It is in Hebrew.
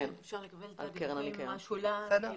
אפשר לקבל את הדיווחים מה שולם בדיוק,